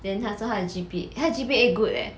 then 他说他的 G_P 他的 G_P_A good eh